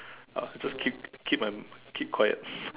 ah just keep keep my keep quiet